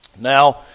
Now